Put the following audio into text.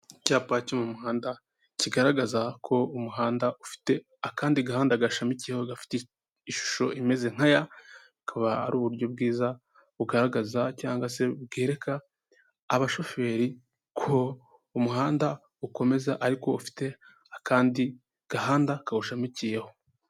Icyapa cyo mu muhanda kigaragaza ko umuhanda ufite akandi gahanda gashamikiyeho gafite ishusho imeze nka ''y''; bukaba ari uburyo bwiza bugaragaza cyangwa se bwereka abashoferi ko umuhanda ukomeza ariko ufite akandi gahanda kawushamikiyeho.